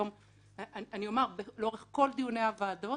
אני אומר שלאורך כל דיוני הוועדות